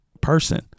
person